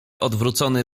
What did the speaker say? odwrócony